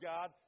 God